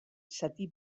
zati